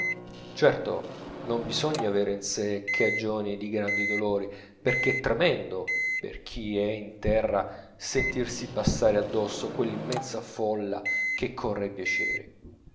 certo non bisogna avere in sè cagioni di grandi dolori perchè è tremendo per chi è in terra sentirsi passare addosso quell'immensa folla che corre ai piaceri